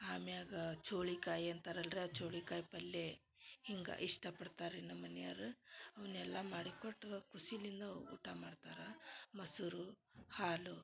ಆಮ್ಯಾಗ ಚೋಳಿಕಾಯಿ ಅಂತಾರ ಅಲ್ರಿ ಆ ಚೋಳಿಕಾಯಿ ಪಲ್ಯೆ ಹಿಂಗೆ ಇಷ್ಟಪಡ್ತಾರ ರೀ ನಮ್ಮ ಮನಿಯವರು ಅವನ್ನೆಲ್ಲ ಮಾಡಿಕೊಟ್ಟು ಖುಷಿಲಿಂದ ಊಟ ಮಾಡ್ತಾರೆ ಮೊಸರು ಹಾಲು